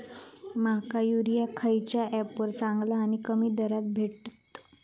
माका युरिया खयच्या ऍपवर चांगला आणि कमी दरात भेटात?